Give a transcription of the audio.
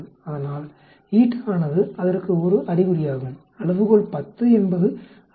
அதனால் ஆனது அதற்கான ஒரு அறிகுறியாகும் அளவுகோல் 10 என்பது 63